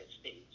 States